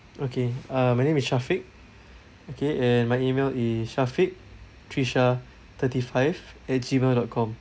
okay uh my name is shafiq okay and my email is shaffiq tricia thirty five at G mail dot com